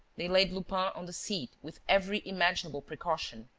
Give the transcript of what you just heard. they laid lupin on the seat with every imaginable precaution.